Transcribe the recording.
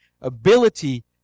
ability